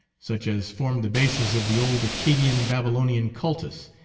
such as formed the basis of the old accadian babylo nian cultus,